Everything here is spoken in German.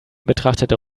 betrachtete